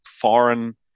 foreign